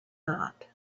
not